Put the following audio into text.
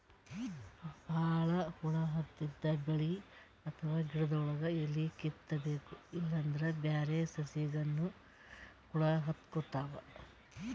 ಭಾಳ್ ಹುಳ ಹತ್ತಿದ್ ಬೆಳಿ ಅಥವಾ ಗಿಡಗೊಳ್ದು ಎಲಿ ಕಿತ್ತಬೇಕ್ ಇಲ್ಲಂದ್ರ ಬ್ಯಾರೆ ಸಸಿಗನೂ ಹುಳ ಹತ್ಕೊತಾವ್